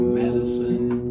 medicine